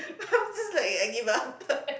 I'm just like I give up